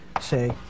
say